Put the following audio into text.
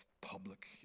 public